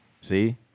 see